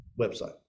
website